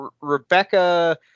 Rebecca